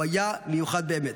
הוא היה מיוחד באמת.